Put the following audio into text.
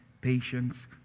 patience